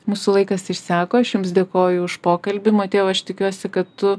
mūsų laikas išseko aš jums dėkoju už pokalbį motiejau aš tikiuosi kad tu